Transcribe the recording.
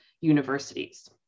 universities